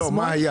אבל מה היה?